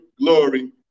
glory